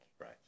right